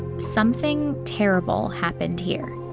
something terrible happened here.